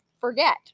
forget